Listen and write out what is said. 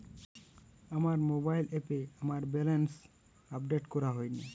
আমার মোবাইল অ্যাপে আমার ব্যালেন্স আপডেট করা হয় না